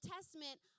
Testament